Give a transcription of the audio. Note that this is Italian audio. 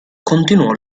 continuò